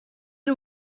had